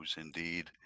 indeed